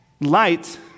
light